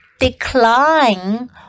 decline